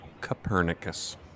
Copernicus